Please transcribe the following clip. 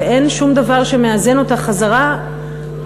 ואין שום דבר שמאזן אותה חזרה לטובת